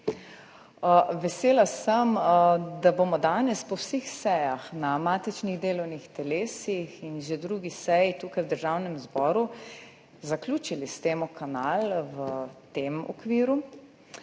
Vesela sem, da bomo danes po vseh sejah na matičnih delovnih telesih in že drugi seji tukaj v Državnem zboru zaključili s temo kanala v tem okviru,